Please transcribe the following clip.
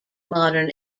modern